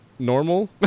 normal